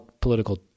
political